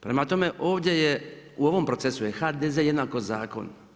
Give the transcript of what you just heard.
Prema tome, ovdje je, u ovom procesu je HDZ jednako zakon.